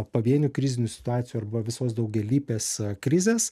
pavienių krizinių situacijų arba visos daugialypės krizės